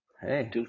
Hey